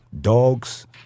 dogs